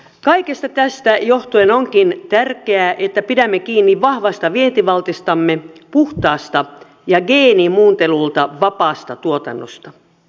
kaikesta tästä johtuen onkin tärkeää että pidämme kiinni vahvasta vientivaltistamme puhtaasta ja geenimuuntelulta vapaasta tuotannosta